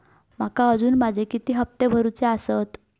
माका अजून माझे किती हप्ते भरूचे आसत?